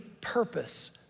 purpose